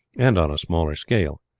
and on a smaller scale.